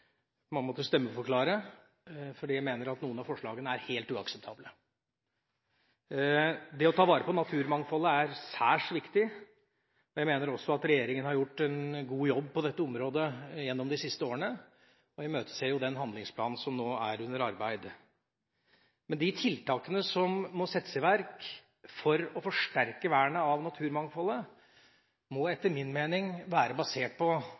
måtte stemmeforklare, fordi jeg mener at noen av forslagene er helt uakseptable. Det å ta vare på naturmangfoldet er særs viktig. Jeg mener også at regjeringa har gjort en god jobb på dette området gjennom de siste årene, og jeg imøteser den handlingsplanen som nå er under arbeid. Men de tiltakene som må settes i verk for å forsterke vernet av naturmangfoldet, må etter min mening være basert på